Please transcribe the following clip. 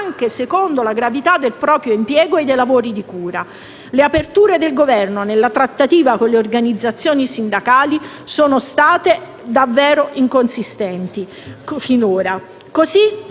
anche secondo la gravosità del proprio impiego e dei lavori di cura. Le aperture del Governo nella trattativa con le organizzazioni sindacali sono state finora veramente inconsistenti.